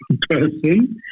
person